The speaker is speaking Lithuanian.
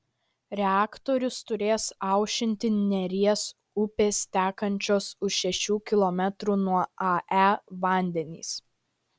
reaktorius turės aušinti neries upės tekančios už šešių kilometrų nuo ae vandenys